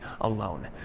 alone